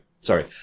sorry